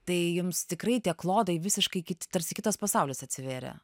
tai jums tikrai tie klodai visiškai kiti tarsi kitas pasaulis atsivėrė